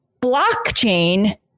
blockchain